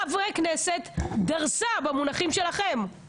בכנסת ה-20 הייתה רוטציה בביקורת המדינה